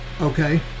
okay